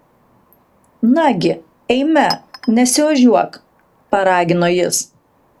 nagi eime nesiožiuok paragino jis